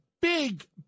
big